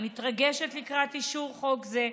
אני מתרגשת לקראת אישור חוק זה,